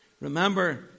Remember